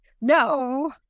no